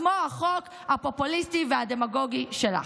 כמו החוק הפופוליסטי והדמגוגי שלך.